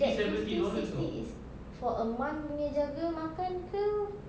that fifty sixty is for a month punya jaga makan ke